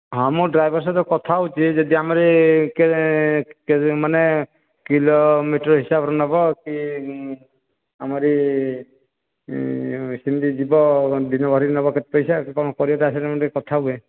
ହଁ ମୁଁ ଡ୍ରାଇଭର ସହିତ କଥା ହଉଛି ଯଦି ଆମର ମାନେ କିଲୋମିଟର ହିସାବରେ ନବ କି ଆମରି ସେମିତି ଯିବ ଦିନ ଭରିକି ନେବ କେତେ ପଇସା କ'ଣ କରିବ ତା' ସହିତ ମୁଁ ଟିକିଏ କଥା ହୁଏ